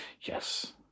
Yes